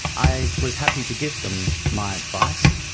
i was happy to give them my advice,